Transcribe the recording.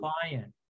client